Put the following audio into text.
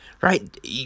right